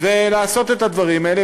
ולעשות את הדברים האלה,